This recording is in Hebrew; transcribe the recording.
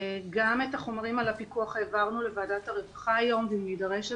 גם את החומרים על הפיקוח העברנו לוועדת הרווחה היום ואם נידרש,